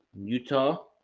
Utah